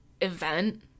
event